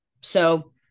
So-